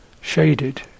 shaded